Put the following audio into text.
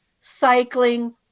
cycling